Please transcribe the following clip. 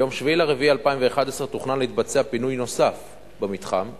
ביום 7 באפריל 2011 תוכנן להתבצע פינוי נוסף במתחם,